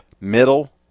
middle